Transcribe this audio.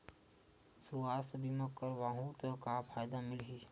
सुवास्थ बीमा करवाहू त का फ़ायदा मिलही?